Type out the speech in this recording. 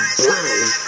blind